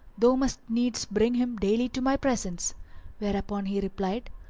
thou must needs bring him daily to my presence whereupon he replied,